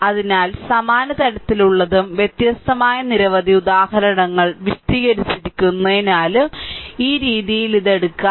അതിനാൽ സമാന തരത്തിലുള്ളതും വ്യത്യസ്തമായ നിരവധി ഉദാഹരണങ്ങൾ വിശദീകരിച്ചിരിക്കുന്നതിനാലും ഈ രീതിയിൽ ഇത് എടുക്കാം